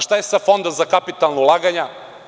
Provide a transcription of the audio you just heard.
Šta je sa Fondom za kapitalna ulaganja?